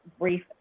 brief